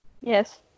Yes